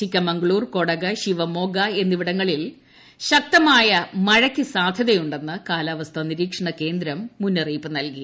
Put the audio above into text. ചിക്കമംഗ്ളൂർ കൊടഗ് ശിവമോഗ എന്നിവിടങ്ങളിൽ ശക്തമായ മഴയ്ക്ക് സാധ്യതയുടെ ന്ന് കാലാവസ്ഥാ നിരീക്ഷണകേന്ദ്രം മുന്നറിയിപ്പ് നൽകി